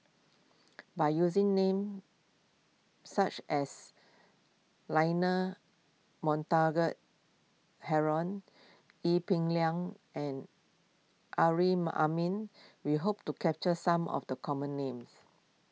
by using names such as Leonard Montague Harrod Ee Peng Liang and Amrin Amin we hope to capture some of the common names